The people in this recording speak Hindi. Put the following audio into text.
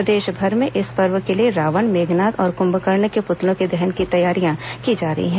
प्रदेशभर में इस पर्व के लिए रावण मेघनाद और कुंभकर्ण के पुतलों के दहन की तैयारियां की जा रही है